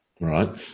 Right